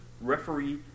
referee